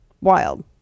wild